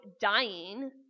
dying